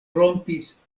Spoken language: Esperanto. rompis